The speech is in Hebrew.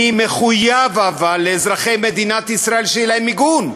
אבל אני מחויב לאזרחי מדינת ישראל שיהיה להם מיגון.